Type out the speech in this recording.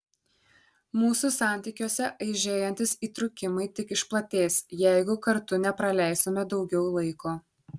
mūsų santykiuose aižėjantys įtrūkimai tik išplatės jeigu kartu nepraleisime daugiau laiko